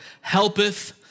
helpeth